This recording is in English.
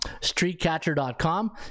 streetcatcher.com